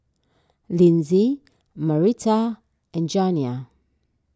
Linzy Marita and Janiah